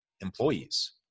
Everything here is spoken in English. employees